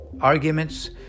arguments